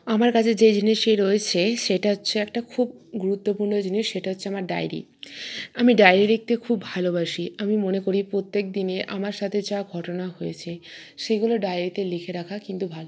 আমার কাছে যেই জিনিসটি রয়েছে সেটা হচ্ছে একটা খুব গুরুত্বপূর্ণ জিনিস সেটা হচ্ছে আমার ডায়রি আমি ডায়রি লিখতে খুব ভালোবাসি আমি মনে করি প্রত্যেকদিনে আমার সাথে যা ঘটনা হয়েছে সেইগুলো ডায়রিতে লিখে রাখা কিন্তু ভালো